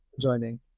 joining